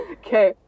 okay